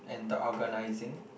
and the organising